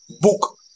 book